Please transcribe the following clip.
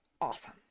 Awesome